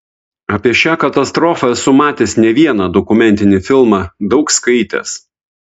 apie šią katastrofą esu matęs ne vieną dokumentinį filmą daug skaitęs